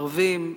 ערבים,